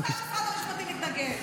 לא סתם משרד המשפטים מתנגד.